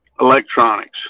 electronics